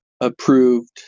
approved